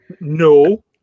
No